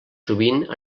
sovint